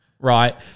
Right